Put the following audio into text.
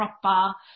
proper